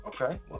okay